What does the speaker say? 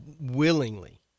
willingly